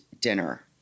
dinner